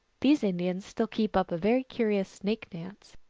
these indians still keep up a very curious snake-dance.